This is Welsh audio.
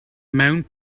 mewn